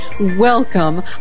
Welcome